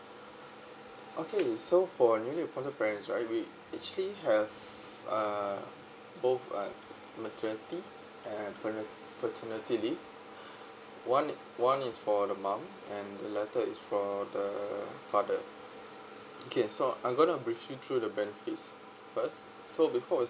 okay so for newly appointed parents right we actually have uh both uh maternity and paternity leave one one is for the mum and the later is for the father okay so I'm gonna brief you through the benefits first so before I